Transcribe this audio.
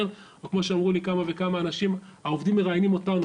או כמו שאמרו לי כמה וכמה אנשים "העובדים מראיינים אותנו,